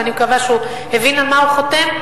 ואני מקווה שהוא הבין על מה הוא חותם.